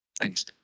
Thanks